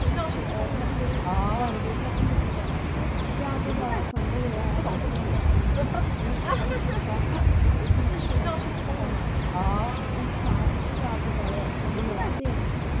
साढ़ा जेह्ड़ा भारत देश उन्नति करी सकै ते जादै तों जादै फंड ऐ ओह् शिक्षा प्रणाली गी जां साढ़ी शिक्षा संस्थान ऐ ओह् जादै कोला जादै देना चाहिदा